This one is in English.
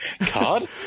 Card